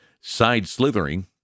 side-slithering